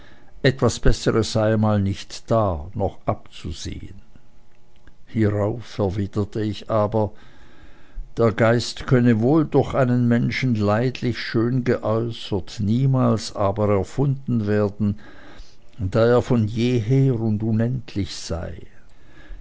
etwas besseres sei einmal nicht da noch abzusehen hierauf erwiderte ich aber der geist könne wohl durch einen menschen leidlich schön geäußert niemals aber erfunden werden da er von jeher und unendlich sei